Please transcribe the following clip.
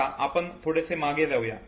आता आपण थोडीसे मागे जाऊया